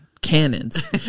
cannons